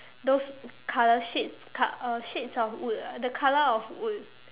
those color shades co~ uh shades of wood ah the color of wood